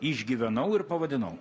išgyvenau ir pavadinau